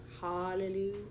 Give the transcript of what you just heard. Hallelujah